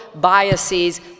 biases